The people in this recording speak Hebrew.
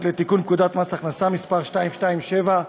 אנחנו עוברים להצעת חוק לתיקון פקודת מס הכנסה (מס' 227),